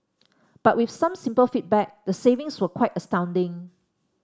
but with some simple feedback the savings were quite astounding